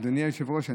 אדוני היושב-ראש,